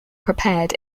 prepared